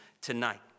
tonight